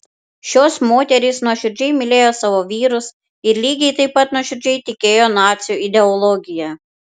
šios moterys nuoširdžiai mylėjo savo vyrus ir lygiai taip pat nuoširdžiai tikėjo nacių ideologija